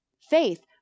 Faith